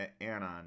Anon